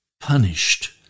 punished